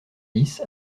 dix